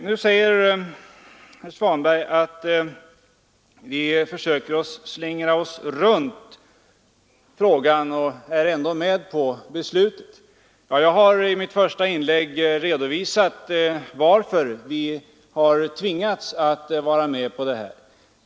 Nu säger herr Svanberg att vi försöker slingra oss runt frågan och ändå är med på beslutet. Jag har i mitt första inlägg redovisat varför vi tvingats att vara med på detta.